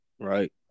Right